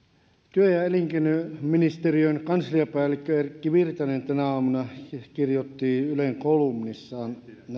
työ ja elinkeinoministeriön kansliapäällikkö erkki virtanen tänä aamuna kirjoitti ylen kolumnissaan